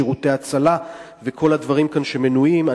שירותי הצלה וכל הדברים שמנויים כאן.